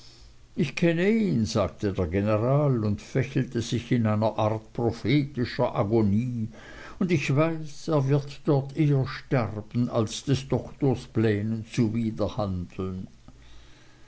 ich kenne ihn sagte der general und fächelte sich in einer art prophetischer agonie und ich weiß er wird dort eher sterben als des doktors plänen zuwiderhandeln